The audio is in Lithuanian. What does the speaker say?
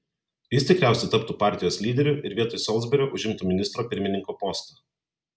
jis tikriausiai taptų partijos lyderiu ir vietoj solsberio užimtų ministro pirmininko postą